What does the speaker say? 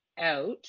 Out